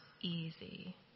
easy